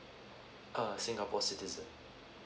err singapore citizen